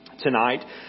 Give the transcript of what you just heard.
tonight